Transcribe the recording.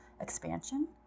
expansion